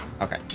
Okay